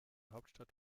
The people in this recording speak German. hauptstadt